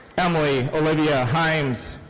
emily olivia heims.